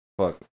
fuck